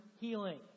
healing